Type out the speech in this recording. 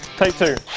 take two